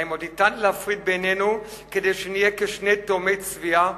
האם עוד ניתן להפריד בינינו כדי שנהיה כשני 'תאומי צביה'?